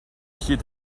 pied